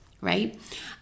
right